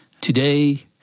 Today